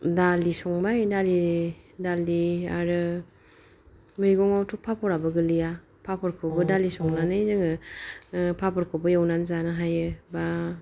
दालि संबाय दालि दालि आरो मैगंआवथ' पापराबो गोलैया पापरखौबो दालि संनानै जोङो ओ पापरखौबो एवनानै जानो हायो बा